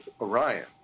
Orion